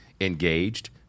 engaged